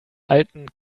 alten